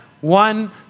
one